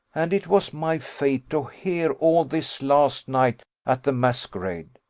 and it was my fate to hear all this last night at the masquerade.